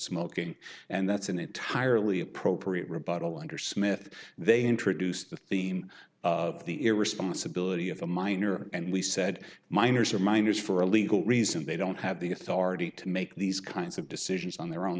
smoking and that's an entirely appropriate rebuttal under smith they introduced the theme of the irresponsibility of the minor and we said minors are minors for a legal reason they don't have the authority to make these kinds of decisions on their own